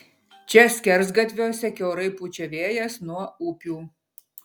čia skersgatviuose kiaurai pučia vėjas nuo upių